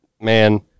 man